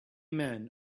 men